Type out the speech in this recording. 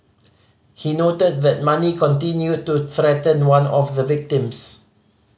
he noted that Mani continued to threaten one of the victims